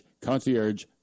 Concierge